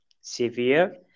severe